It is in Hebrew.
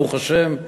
ברוך השם,